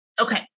Okay